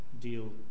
deal